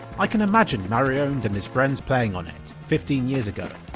i can imagine mariowned and his friends playing on it, fifteen years ago,